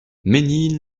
mesnil